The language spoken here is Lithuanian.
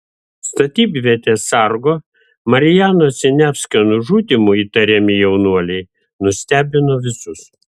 statybvietės sargo marijano siniavskio nužudymu įtariami jaunuoliai nustebino visus